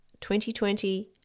2020